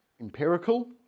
empirical